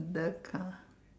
the car